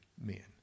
men